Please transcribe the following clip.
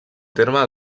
terme